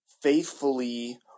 faithfully